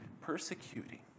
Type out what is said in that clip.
persecuting